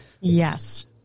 yes